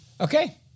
Okay